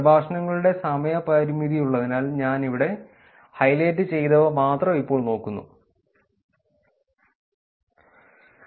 പ്രഭാഷണങ്ങളുടെ സമയ പരിമിതിയുള്ളതിനാൽ ഞാൻ ഇവിടെ ഹൈലൈറ്റ് ചെയ്തവ മാത്രം ഇപ്പോൾ നോക്കാൻ പോകുന്നു